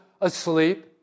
asleep